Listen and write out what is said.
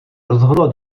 rozhodlo